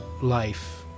life